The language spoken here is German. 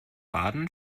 baden